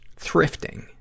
thrifting